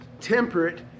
temperate